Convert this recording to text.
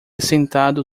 sentado